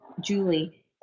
Julie